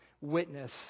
witness